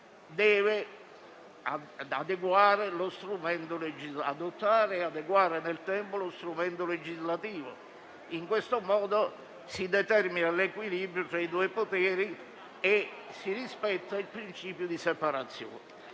e adeguare nel tempo lo strumento legislativo. In questo modo, si determina l'equilibrio tra i due poteri e si rispetta il principio di separazione.